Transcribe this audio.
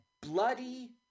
bloody